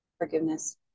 Forgiveness